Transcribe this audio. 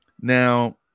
Now